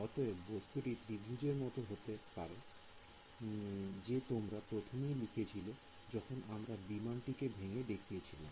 অতএব বস্তুটি ত্রিভুজের মত হতে পারে যে তোমরা প্রথমেই লিখেছিলে যখন আমরা বিমান টিকে ভেঙে দেখিয়েছিলাম